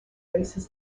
races